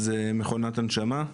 זה מכונת הנשמה.